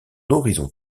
horizon